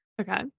Okay